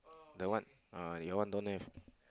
the one your one don't have